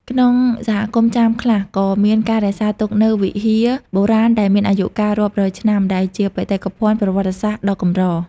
ក្នុងសហគមន៍ចាមខ្លះ ក៏មានការរក្សាទុកនូវវិហារបុរាណដែលមានអាយុកាលរាប់រយឆ្នាំ ដែលជាបេតិកភណ្ឌប្រវត្តិសាស្ត្រដ៏កម្រ។